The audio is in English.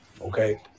okay